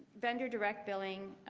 vendor direct billing.